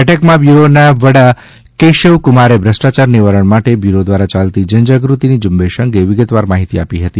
બેઠકમાં બ્યુરોના વડાશ્રી કેશવ કુમારે ભ્રષ્ટાયાર નિવારણ માટે બ્યુરો દ્વારા ચાલતી જનજાગૃતિની ઝૂંબેશ અંગે વિગતવાર માહિતી આપી હતી